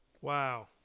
Wow